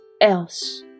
else